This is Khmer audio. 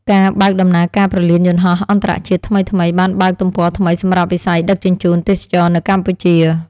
ការបើកដំណើរការព្រលានយន្តហោះអន្តរជាតិថ្មីៗបានបើកទំព័រថ្មីសម្រាប់វិស័យដឹកជញ្ជូនទេសចរណ៍នៅកម្ពុជា។